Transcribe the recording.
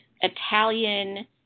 Italian